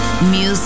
Music